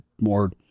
more